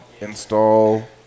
install